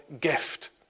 gift